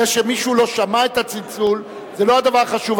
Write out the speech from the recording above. זה שמישהו לא שמע את הצלצול זה לא הדבר החשוב.